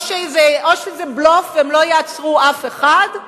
או שזה בלוף והם לא יעצרו אף אחד,